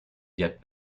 yet